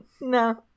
no